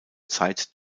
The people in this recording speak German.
zeit